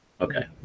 Okay